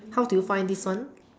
how do you find this one